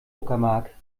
uckermark